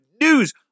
news